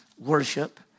worship